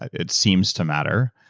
it seems to matter.